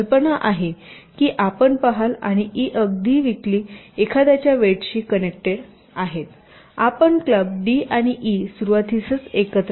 कल्पना आहे की आपण पहाल आणि ई अगदी वीकली एखाद्याच्या वेटशी कनेक्टेड आहेत आपण क्लब डी आणि ई सुरुवातीसच एकत्र